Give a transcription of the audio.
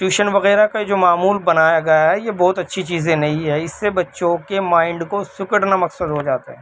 tuition وغیرہ کا جو معمول بنایا گیا ہے یہ بہت اچھی چیزیں نہیں ہے اس سے بچوں کے مائنڈ کو سکڑنا مقصد ہو جاتا ہے